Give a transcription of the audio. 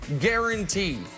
guaranteed